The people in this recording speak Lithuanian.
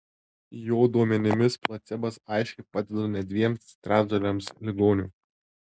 jo duomenimis placebas aiškiai padeda net dviem trečdaliams ligonių